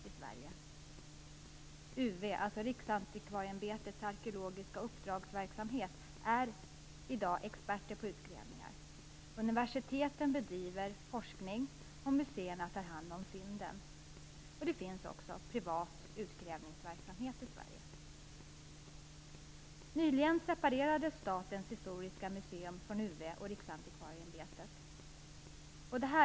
UV, dvs. Riksantikvarieämbetets arkeologiska uppdragsverksamhet, är i dag experter på utgrävningar. Universiteten bedriver forskning och museerna tar hand om fynden. Det finns också privat utgrävningsverksamhet i Sverige. Nyligen separerades Statens historiska museer från UV och Riksantikvarieämbetet.